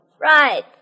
Right